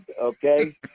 okay